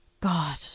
God